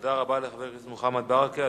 תודה רבה לחבר הכנסת מוחמד ברכה.